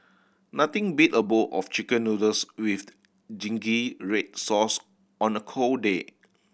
nothing beat a bowl of Chicken Noodles with the zingy red sauce on a cold day